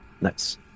Nice